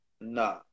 no